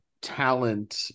talent